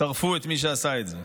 שרפו את מי שעשה את זה.